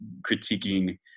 critiquing